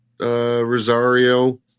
Rosario